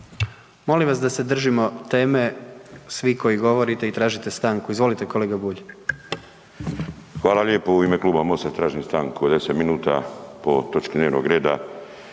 Molim vas da se držimo teme, svi koji govorite i tražite stanku. Izvolite kolega Bulj. **Bulj, Miro (MOST)** Hvala lijepo. U ime Kluba MOST-a tražim stanku od 10 minuta po točki dnevnog reda